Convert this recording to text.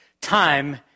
Time